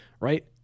Right